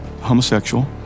homosexual